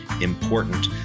important